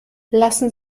lassen